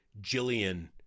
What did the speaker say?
Jillian